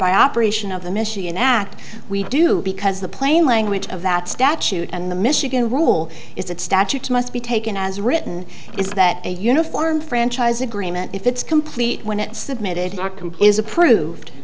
by operation of the michigan act we do because the plain language of that statute and the michigan rule is that statutes must be taken as written is that a uniform franchise agreement if it's complete when it submitted not complete is approved